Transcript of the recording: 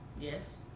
Yes